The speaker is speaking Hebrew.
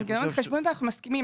למנגנון התחשבנות אנחנו מסכימים.